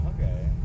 Okay